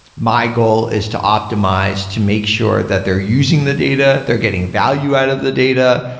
my goal is to optimize to make sure that they're using the data, they're getting value out of the data,